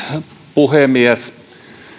puhemies